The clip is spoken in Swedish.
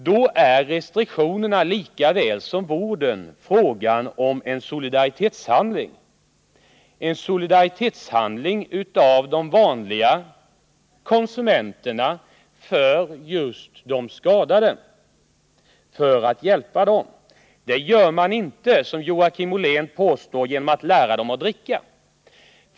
Det är när det gäller restriktionerna lika väl som när det gäller vården fråga om en solidaritetshandling, en solidaritetshandling av de vanliga konsumen terna med just de skadade, för att hjälpa dem. Det gör man inte, som Joakim Ollén påstår, genom att lära dem att dricka.